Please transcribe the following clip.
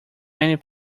many